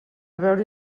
veure